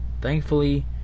Thankfully